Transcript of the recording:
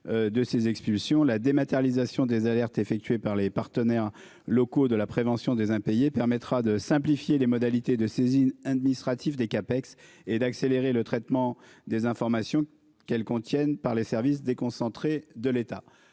de ces expulsions, la dématérialisation des alertes effectuée par les partenaires locaux de la prévention des impayés permettra de simplifier les modalités de saisie administrative des CAPEX et d'accélérer le traitement des informations qu'elles contiennent, par les services déconcentrés de l'État.